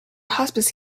hospice